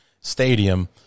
stadium